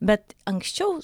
bet anksčiau